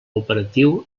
operatiu